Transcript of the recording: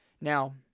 Now